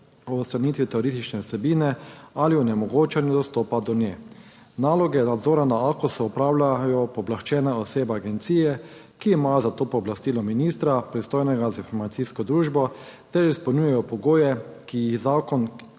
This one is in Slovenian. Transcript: o odstranitvi teroristične vsebine ali onemogočanju dostopa do nje. Naloge nadzora na AKOS opravljajo pooblaščene osebe agencije, ki imajo za to pooblastilo ministra, pristojnega za informacijsko družbo, ter izpolnjujejo pogoje, ki jih zakon,